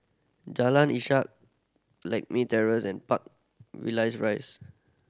Jalan Ishak Lakme Terrace and Park Villas Rise